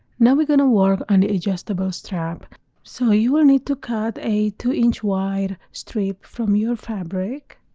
now we're going to work on the adjustable strap so you will need to cut a two inch wide strip from your fabric,